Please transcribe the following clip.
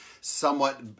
somewhat